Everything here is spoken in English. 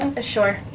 Sure